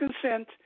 consent